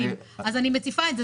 אני מציפה את זה.